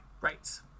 Right